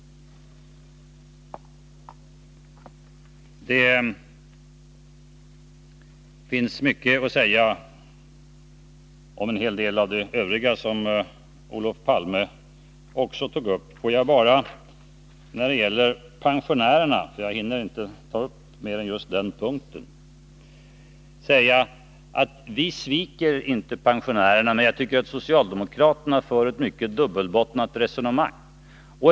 Det finns mycket att säga om en hel del av det övriga som Olof Palme tog upp. Låt mig bara säga när det gäller pensionärerna — jag hinner inte ta upp mer än just den punkten — att vi sviker inte pensionärerna, men jag tycker att socialdemokraterna för ett mycket dubbelbottnat resonemang.